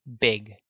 big